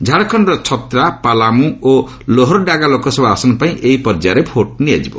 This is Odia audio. ଝାଡଖଣ୍ଡର ଛତ୍ରା ପାଲାମ୍ବ ଓ ଲୋହରଡାଗା ଲୋକସଭା ଆସନ ପାଇଁ ଏହି ପର୍ଯ୍ୟାୟରେ ଭୋଟ୍ ଗ୍ରହଣ ହେବ